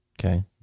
Okay